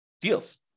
deals